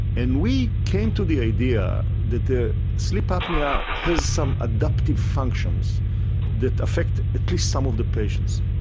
and we came to the idea that the sleep apnoea has some adaptive functions that affect at least some of the patients.